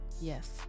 yes